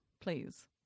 please